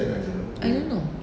I don't know